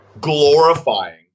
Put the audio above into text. glorifying